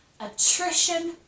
attrition